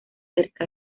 cerca